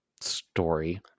story